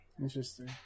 interesting